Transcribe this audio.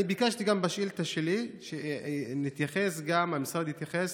אני גם ביקשתי בשאילתה שלי שהמשרד יתייחס